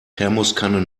thermoskanne